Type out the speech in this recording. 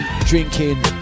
drinking